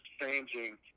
changing